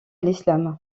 l’islam